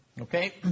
Okay